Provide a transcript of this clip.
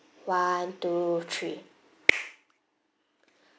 one two three